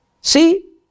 See